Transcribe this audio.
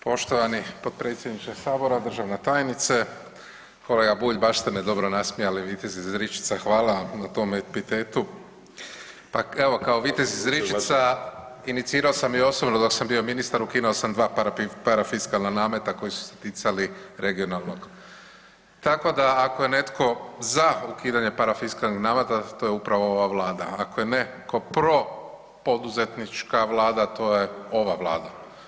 Poštovani potpredsjedniče sabora, državna tajnice, kolega Bulj baš ste me dobro nasmijali, vitez iz Ričica, hvala vam na tom epitetu, pa evo kao vitez iz Ričica inicirao sam i osobno dok sam bio ministar ukinuo sam 2 parafiskalna nameta koji su se ticali regionalnog, tako da ako je netko za ukidanje parafiskalnih nameta to je uprava Vlada, ako je netko propoduzetnička vlada to je ova Vlada.